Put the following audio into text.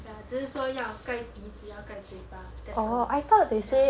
ya 只是说要盖鼻子要盖嘴巴 that's all ya